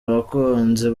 abakunzi